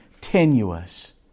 tenuous